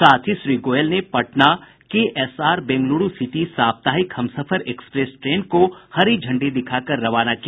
साथ ही श्री गोयल ने पटना केएसआर बेंगलुरू सिटी साप्ताहिक हमसफर एक्सप्रेस ट्रेन को हरी झंडी दिखाकर रवाना किया